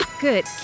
good